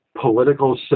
political